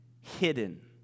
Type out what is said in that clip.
hidden